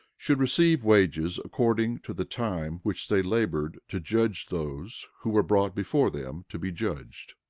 should receive wages according to the time which they labored to judge those who were brought before them to be judged.